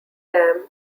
dam